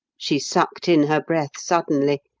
she sucked in her breath suddenly,